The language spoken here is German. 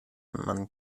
man